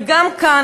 וגם כאן,